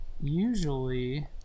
usually